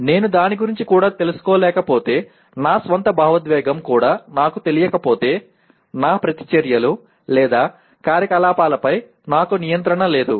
నాకు దాని గురించి కూడా తెలుసుకోలేకపోతే నా స్వంత భావోద్వేగం కూడా నాకు తెలియకపోతే నా ప్రతిచర్యలు లేదా కార్యకలాపాలపై నాకు నియంత్రణ లేదు